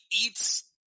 eats